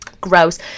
Gross